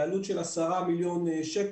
בעלות של 10 מיליון שקלים,